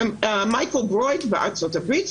מייקל גרוייט בארצות הברית,